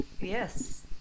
Yes